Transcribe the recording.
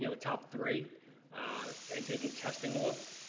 you know, a top three and taking testing off,